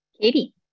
Katie